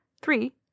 Three